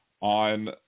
on